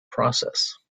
process